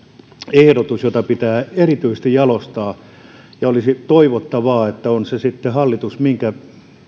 ehdotus jota pitää erityisesti jalostaa ja olisi toivottavaa että on se hallitus sitten minkä